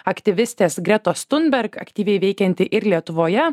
aktyvistės gretos tunberg aktyviai veikianti ir lietuvoje